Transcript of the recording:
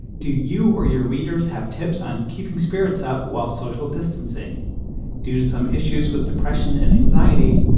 do you or your readers have tips on keeping spirits up while social distancing due to some issues with depression and anxiety?